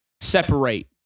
separate